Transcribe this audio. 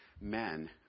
men